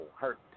hurt